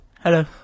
Hello